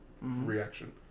reaction